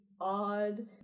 odd